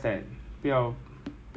me so yeah